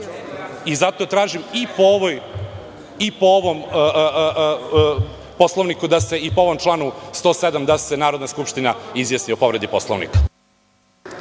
Zato tražim da se i po ovom članu 107. Narodna skupština izjasni o povredi Poslovnika.